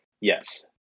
Yes